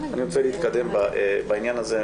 אני רוצה להתקדם בעניין הזה.